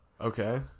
Okay